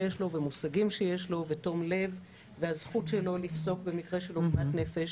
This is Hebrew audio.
מושגים ותום לב שיש לו והזכות שלו לפסוק במקרה של עוגמת נפש.